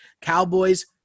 Cowboys